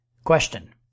Question